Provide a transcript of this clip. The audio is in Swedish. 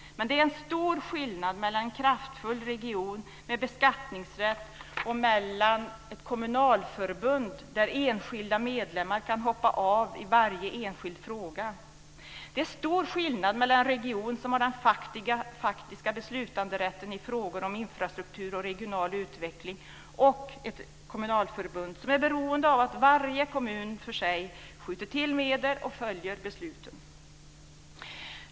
Men det är en stor skillnad mellan en kraftfull region med beskattningsrätt och ett kommunalförbund, där enskilda medlemmar kan hoppa av till följd av varje enskild fråga. Det är stor skillnad mellan en region, som har den faktiska beslutanderätten i frågor om infrastruktur och regional utveckling, och ett kommunalförbund, som är beroende av att varje kommun för sig skjuter till medel och följer besluten.